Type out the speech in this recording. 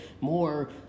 more